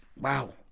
wow